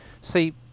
See